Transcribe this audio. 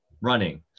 Running